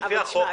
אבל תשמע,